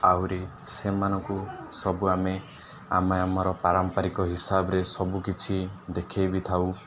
ଆହୁରି ସେମାନଙ୍କୁ ସବୁ ଆମେ ଆମେ ଆମର ପାରମ୍ପାରିକ ହିସାବରେ ସବୁକିଛି ଦେଖାଇ ବିି ଥାଉ